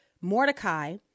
Mordecai